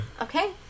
Okay